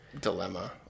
dilemma